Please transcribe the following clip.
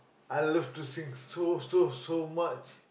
I love to sing so so so much